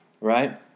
right